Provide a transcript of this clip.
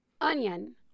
Onion